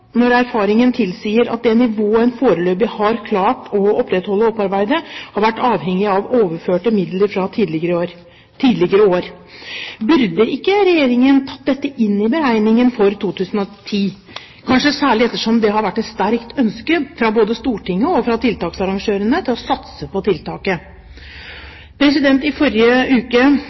når erfaringen tilsier at det nivået en foreløpig har klart å opprettholde og opparbeide, har vært avhengig av overførte midler fra tidligere år? Burde ikke Regjeringen tatt dette inn i beregningene for 2010, kanskje særlig ettersom det har vært et sterkt ønske fra både Stortinget og tiltaksarrangørene om å satse på dette tiltaket? I forrige uke